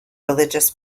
religious